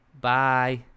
Bye